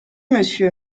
monsieur